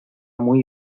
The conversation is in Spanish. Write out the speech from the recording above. muy